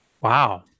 wow